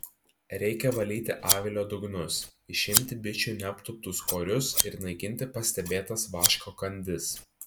reikia valyti avilio dugnus išimti bičių neaptūptus korius ir naikinti pastebėtas vaško kandis